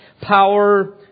power